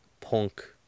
Punk